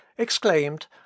exclaimed